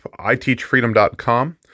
iteachfreedom.com